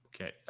Okay